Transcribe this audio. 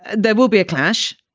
there will be a clash.